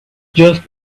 just